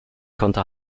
konnte